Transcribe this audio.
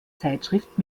zeitschrift